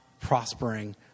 prospering